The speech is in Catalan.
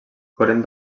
foren